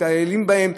מתעללים בהם,